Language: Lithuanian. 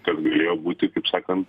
kas galėjo būti kaip sakant